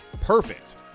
Perfect